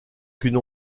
qu’une